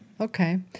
Okay